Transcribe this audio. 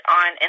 on